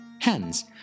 Hence